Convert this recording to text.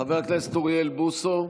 חבר הכנסת אוריאל בוסו,